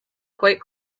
quite